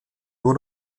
nur